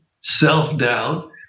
self-doubt